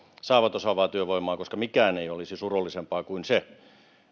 saavat osaavaa työvoimaa koska mikään ei olisi surullisempaa kuin se